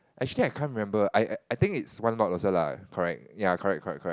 actually I can't remember I I I think is one lot also lah correct ya correct correct correct